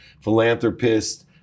philanthropist